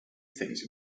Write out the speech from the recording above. things